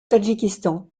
tadjikistan